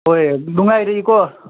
ꯍꯣꯏ ꯅꯨꯡꯉꯥꯏꯔꯤꯀꯣ